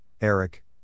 Eric